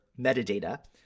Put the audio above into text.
metadata